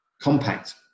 compact